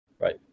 Right